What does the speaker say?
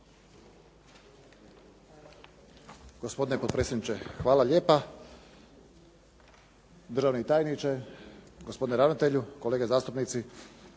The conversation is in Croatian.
Hvala